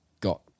got